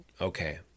okay